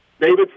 David